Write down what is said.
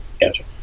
Gotcha